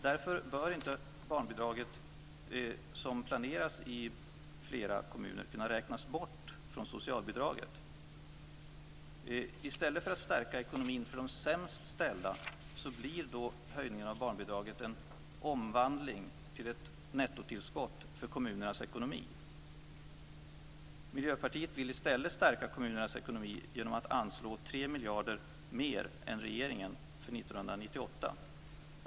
Därför bör inte barnbidraget, som planeras i flera kommuner, kunna räknas bort från socialbidraget. I stället för att stärka ekonomin för de sämst ställda blir höjningen av barnbidraget en omvandling till ett nettotillskott till kommunernas ekonomi. Miljöpartiet vill i stället stärka kommunernas ekonomi genom att anslå 3 miljarder mer än regeringen för 1998.